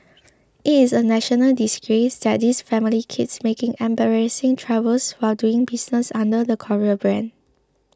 it is a national disgrace that this family keeps making embarrassing troubles while doing business under the Korea brand